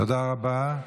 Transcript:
תודה רבה.